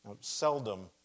seldom